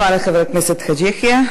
תודה רבה לחבר הכנסת עבד אל חכים חאג' יחיא.